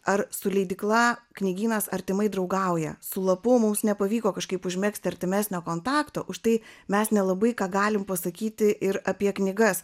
ar su leidykla knygynas artimai draugauja su lapu mums nepavyko kažkaip užmegzti artimesnio kontakto užtai mes nelabai ką galim pasakyti ir apie knygas